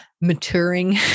maturing